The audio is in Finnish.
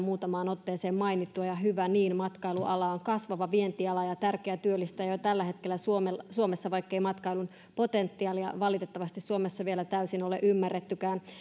muutamaan otteeseen mainittua ja hyvä niin matkailuala on kasvava vientiala ja tärkeä työllistäjä jo tällä hetkellä suomessa vaikkei matkailun potentiaalia valitettavasti suomessa vielä täysin ole ymmärrettykään